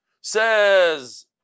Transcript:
Says